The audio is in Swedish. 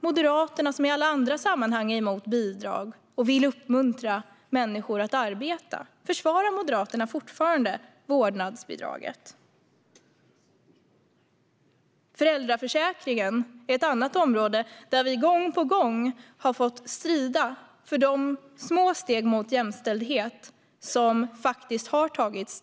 Moderaterna är ju emot bidrag i alla andra sammanhang och vill uppmuntra människor att arbeta. Försvarar Moderaterna fortfarande vårdnadsbidraget? Föräldraförsäkringen är ett annat område där vi gång på gång har fått strida för de små steg mot jämställdhet som trots allt har tagits.